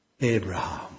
Abraham